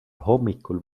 hommikul